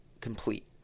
complete